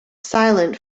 silent